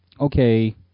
okay